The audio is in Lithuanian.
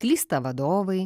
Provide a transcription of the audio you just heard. klysta vadovai